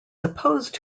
supposed